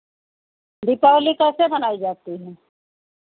दीपावली कैसे मनाई जाती है